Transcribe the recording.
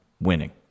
winning